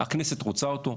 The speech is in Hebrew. הכנסת רוצה אותו,